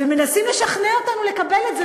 ומנסים לשכנע אותנו לקבל את זה.